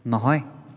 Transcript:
নহয়